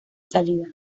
salida